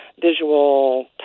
visual